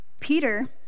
Peter